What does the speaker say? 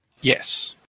Yes